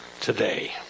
today